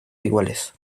iguales